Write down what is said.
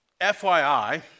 FYI